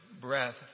breath